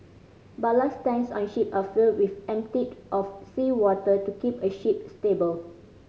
ballast tanks on ship are filled with emptied of seawater to keep a ship stable